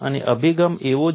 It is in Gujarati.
અને અભિગમ આવો જ છે